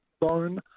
bone